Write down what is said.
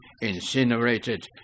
incinerated